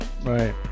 right